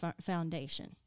foundation